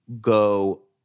go